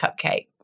cupcake